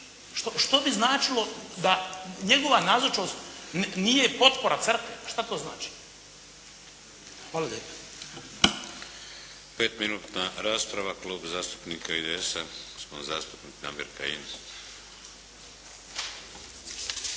Što bi značilo da njegova nazočnost nije potpora Crkve? Pa šta to znači? Hvala lijepo.